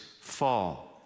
fall